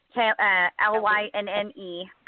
L-Y-N-N-E